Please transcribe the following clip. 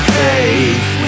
faith